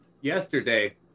Yesterday